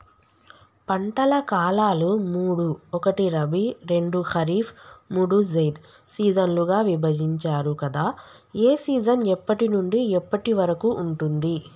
పంటల కాలాలు మూడు ఒకటి రబీ రెండు ఖరీఫ్ మూడు జైద్ సీజన్లుగా విభజించారు కదా ఏ సీజన్ ఎప్పటి నుండి ఎప్పటి వరకు ఉంటుంది?